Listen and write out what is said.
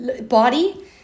body